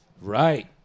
Right